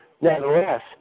Nevertheless